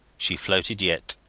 she floated yet.